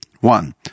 One